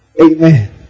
Amen